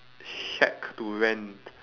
shack to rent